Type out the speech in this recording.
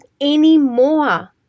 anymore